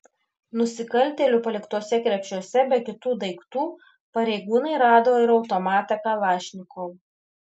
nusikaltėlių paliktuose krepšiuose be kitų daiktų pareigūnai rado ir automatą kalašnikov